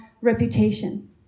reputation